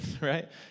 right